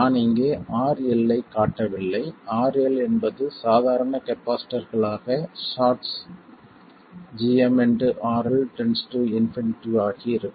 நான் இங்கே RL ஐக் காட்டவில்லை RL என்பது சாதாரண கப்பாசிட்டர்களாக ஷார்ட்ஸ் gmRL ∞ ஆகி இருக்கும்